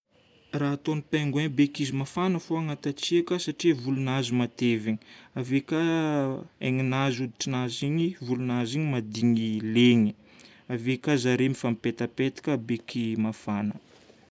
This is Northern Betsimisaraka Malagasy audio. Raha ataon'ny pengouin beko izy mafana fô agnaty hatsiaka satria volonazy matevina. Ave ka henanazy, hoditrinazy igny mahadigny leny. Ave ka zare mifampipetapetaka, beky mafana.